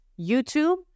YouTube